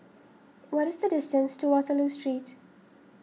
what is the distance to Waterloo Street